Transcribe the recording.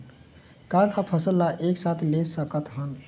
का का फसल ला एक साथ ले सकत हन?